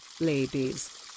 Ladies